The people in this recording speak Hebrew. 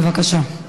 בבקשה.